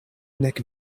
nek